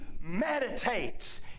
meditates